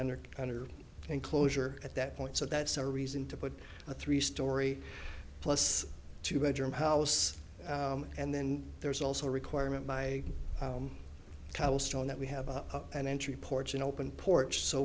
under under enclosure at that point so that's a reason to put a three storey plus two bedroom house and then there's also a requirement my cobblestone that we have an entry porch and open port so